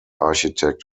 architect